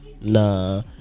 Nah